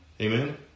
Amen